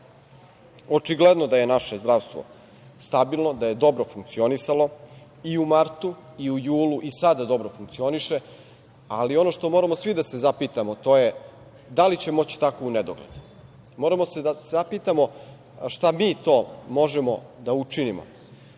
je da je naše zdravstvo stabilno, da je dobro funkcionisalo i u martu i u julu i sada dobro funkcioniše, ali ono što moramo svi da se zapitamo, to je – da li će moći tako unedogled? Moramo da se zapitamo šta mi to možemo da učinimo